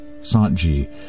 Santji